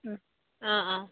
অঁ অঁ